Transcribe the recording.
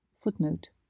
Footnote